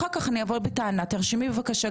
אחר-כך אני אבוא בטענה תרשמי בבקשה,